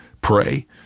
pray